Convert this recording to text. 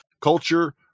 Culture